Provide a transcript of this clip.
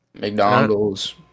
McDonald's